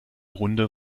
runde